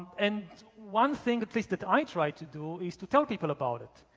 and one thing, at least that i try to do is to tell people about it.